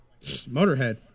Motorhead